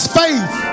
faith